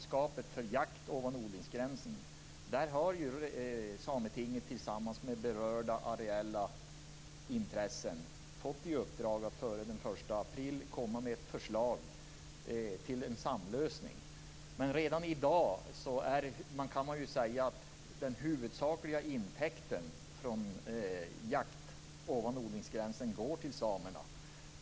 Sametinget har tillsammans med berörda areella intressen fått i uppdrag att före den 1 april komma med ett förslag till en samlösning för huvudmannaskapet för jakt ovan odlingsgränsen. Men redan i dag kan man säga att den huvudsakliga intäkten från jakt ovan odlingsgränsen går till samerna.